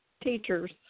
teachers